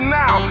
now